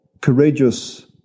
courageous